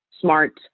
smart